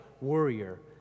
warrior